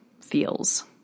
feels